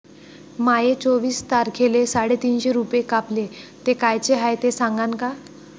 माये चोवीस तारखेले साडेतीनशे रूपे कापले, ते कायचे हाय ते सांगान का?